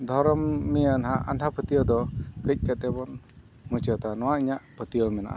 ᱫᱷᱚᱨᱚᱢ ᱱᱤᱭᱟᱹ ᱱᱟᱦᱟᱜ ᱟᱸᱫᱷᱟ ᱯᱟᱹᱛᱭᱟᱹᱣ ᱫᱚ ᱠᱟᱹᱡ ᱠᱟᱛᱮᱫ ᱵᱚᱱ ᱢᱩᱪᱟᱹᱫᱟ ᱱᱚᱣᱟ ᱤᱧᱟᱹᱜ ᱯᱟᱹᱛᱭᱟᱹᱣ ᱢᱮᱱᱟᱜᱼᱟ